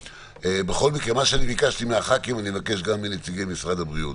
אני אבקש גם מנציגי משרד הבריאות.